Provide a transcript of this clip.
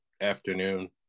afternoon